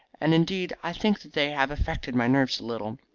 and indeed i think that they have affected my nerves a little.